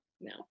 No